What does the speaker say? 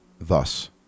thus